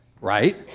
Right